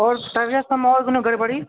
आओर तबियतसभमे आओर कोनो गड़बड़ी